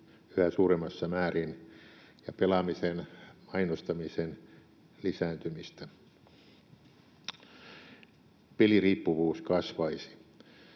yhä suuremmassa määrin ja pelaamisen mainostamisen lisääntymistä. Peliriippuvuus kasvaisi.